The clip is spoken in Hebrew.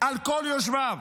על כל יושביו,